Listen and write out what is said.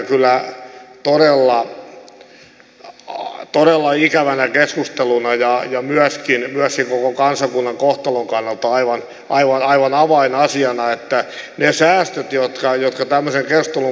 sitä pidän kyllä todella ikävä keskusteluna ja tätä myöskin koko kansakunnan kohtalon kannalta aivan avainasiana että jos säästöt jotka jo sataman ryöstön